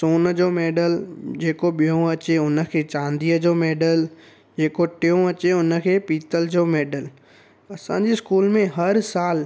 त सोन जो मैडल जेको ॿियों अचे उन खे चांदीअ जो मैडल जेको टियों अचे उन खे पीतल जो मैडल असांजी स्कूल में हर साल